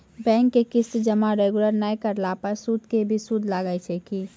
Bank के किस्त जमा रेगुलर नै करला पर सुद के भी सुद लागै छै कि?